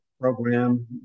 program